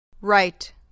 Right